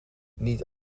niet